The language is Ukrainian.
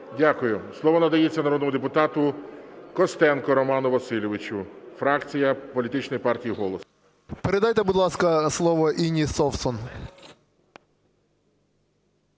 Дякую. Слово надається народному депутату Костенку Роману Васильовичу, фракція політичної партії "Голос". 11:17:19 КОСТЕНКО Р.В. Передайте, будь ласка, слово Інні Совсун.